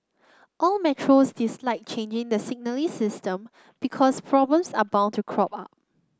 all metros dislike changing the signalling system because problems are bound to crop up